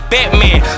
Batman